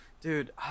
dude